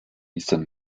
eastern